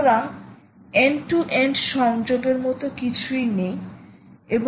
সুতরাং end to end সংযোগ এর মতো কিছুই নেই এবং